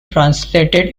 translated